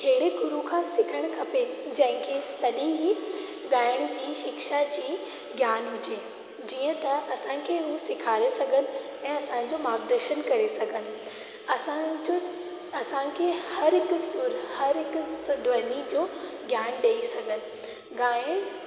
अहिड़े गुरू खां सिखणु खपे जंहिं खे सॼी ई ॻाइण जी शिक्षा जी ज्ञान हुजे जीअं त असां खे हू सेखारे सघनि ऐं असां जो मार्गदर्शन करे सघनि असां जो असां खे हर हिकु सुरु हर हिकु ध्वनि जो ज्ञान ॾेई सघनि ॻाइणु